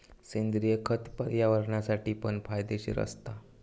सेंद्रिय खत पर्यावरणासाठी पण फायदेशीर असता